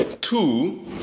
Two